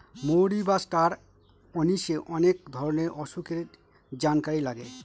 মৌরি বা ষ্টার অনিশে অনেক ধরনের অসুখের জানকারি লাগে